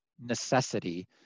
necessity